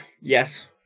yes